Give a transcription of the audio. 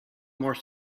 more